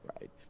right